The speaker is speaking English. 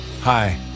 Hi